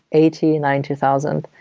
eighty, ninety thousand,